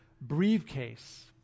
briefcase